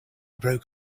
broke